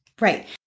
Right